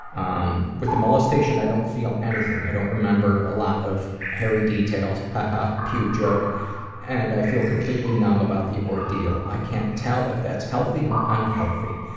um with the molestation, i don't feel anything. i don't remember a lot of hairy details ha ha, pube joke and i feel completely numb the ordeal. i can't tell if that's healthy or unhealthy.